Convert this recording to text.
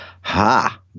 ha